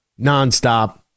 nonstop